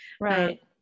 Right